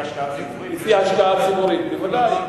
לפי ההשקעה הציבורית, בוודאי.